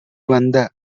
வந்த